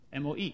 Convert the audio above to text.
MOE